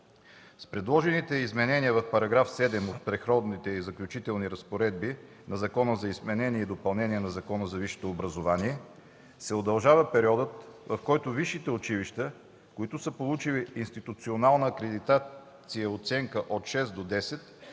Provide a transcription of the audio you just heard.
С предложените изменения в § 7 от Преходните и заключителни разпоредби на Закона за изменение и допълнение на Закона за висшето образование се удължава периодът, в който висшите училища, които са получили при институционална акредитация оценка от 6,00